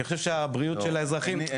אני חושב שהבריאות של האזרחים --- לא,